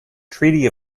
treaty